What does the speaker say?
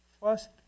First